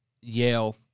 Yale